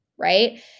right